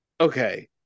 Okay